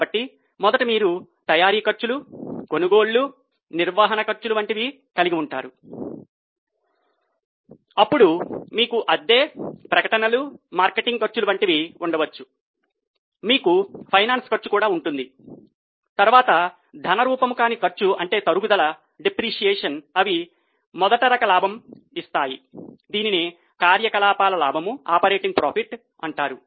కాబట్టి మొదట మీరు తయారీ ఖర్చులు కొనుగోళ్లు నిర్వహణ ఖర్చులు వంటివి కలిగి ఉంటారు అప్పుడు మీకు అద్దె ప్రకటనలు మార్కెటింగ్ ఖర్చులు వంటివి ఉండవచ్చు మీకు ఫైనాన్స్ ఖర్చు కూడా ఉంటుంది తర్వాత ధన రూపం కానీ ఖర్చు అంటే తరుగుదల అంటారు